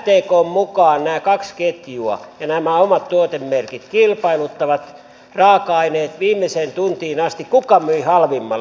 mtkn mukaan nämä kaksi ketjua ja nämä omat tuotemerkit kilpailuttavat raaka aineet viimeiseen tuntiin asti kuka myi halvimmalla